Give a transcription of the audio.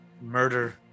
murder